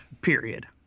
Period